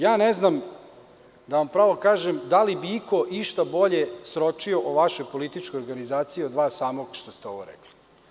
Ja ne znam, da vam pravo kažem, da li bi iko išta bolje sročio o vašoj političkoj organizaciji od vas samog što ste ovo rekli.